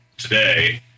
today